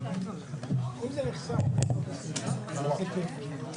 שואל --- טוב,